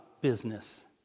business